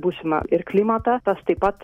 būsimą ir klimatą tas taip pat